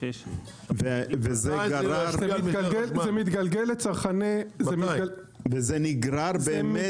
זה מתגלגל לצרכני --- וזה נגרר באמת?